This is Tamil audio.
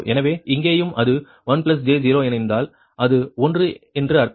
எனவே இங்கேயும் அது 1 j 0 இணைந்தால் அது 1 என்று அர்த்தம்